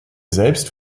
selbst